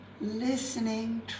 listening